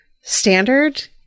standard